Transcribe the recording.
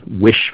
wish